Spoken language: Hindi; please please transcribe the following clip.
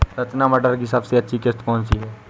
रचना मटर की सबसे अच्छी किश्त कौन सी है?